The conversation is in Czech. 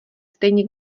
stejně